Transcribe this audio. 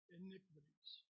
iniquities